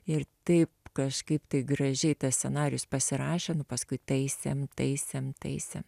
ir taip kažkaip tai gražiai tas scenarijus pasirašė nu paskui taisėm taisėm taisėm